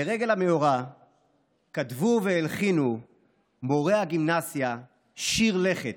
לרגל המאורע כתבו והלחינו מורי הגימנסיה שיר לכת,